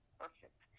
perfect